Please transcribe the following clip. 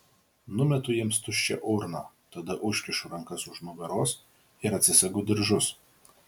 numetu jiems tuščią urną tada užkišu rankas už nugaros ir atsisegu diržus